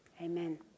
Amen